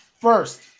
first